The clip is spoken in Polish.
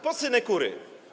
Po synekury.